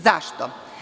Zašto?